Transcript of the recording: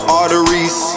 arteries